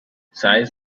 seize